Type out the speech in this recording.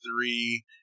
three